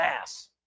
ass